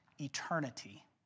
eternity